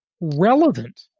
relevant